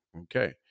Okay